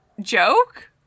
joke